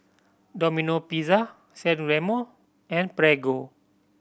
Domino Pizza San Remo and Prego